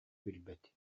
билбэт